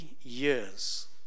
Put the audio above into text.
years